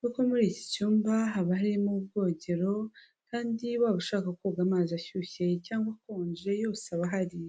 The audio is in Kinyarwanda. kuko muri iki cyumba haba harimo ubwogero, kandi waba ushaka koga amazi ashyushye cyangwa akonje yose aba ahari.